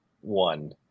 One